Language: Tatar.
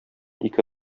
ике